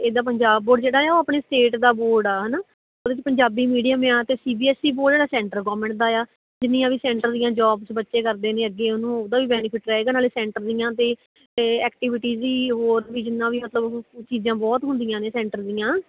ਇੱਦਾਂ ਪੰਜਾਬ ਬੋਰਡ ਜਿਹੜਾ ਆ ਉਹ ਆਪਣੀ ਸਟੇਟ ਦਾ ਬੋਰਡ ਆ ਹੈ ਨਾ ਉਹਦੇ 'ਚ ਪੰਜਾਬੀ ਮੀਡੀਅਮ ਏ ਆ ਅਤੇ C B S E board ਜਿਹੜਾ ਸੈਂਟਰ ਗੌਰਮੈਂਟ ਦੀਆਂ ਜਿੰਨੀਆਂ ਵੀ ਸੈਂਟਰ ਦੀਆਂ ਜੋਬਸ ਬੱਚੇ ਕਰਦੇ ਨੇ ਅੱਗੇ ਉਹਨੂੰ ਉਹਦਾ ਵੀ ਬੈਨੀਫਿਟ ਰਹੇਗਾ ਨਾਲੇ ਸੈਂਟਰ ਦੀਆਂ ਅਤੇ ਐਕਟੀਵਿਟੀਜ਼ ਵੀ ਹੋਰ ਵੀ ਜਿੰਨਾ ਵੀ ਮਤਲਬ ਉਹ ਚੀਜ਼ਾਂ ਬਹੁਤ ਹੁੰਦੀਆਂ ਨੇ ਸੈਂਟਰ ਦੀਆਂ